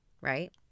right